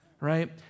Right